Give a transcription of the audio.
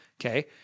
Okay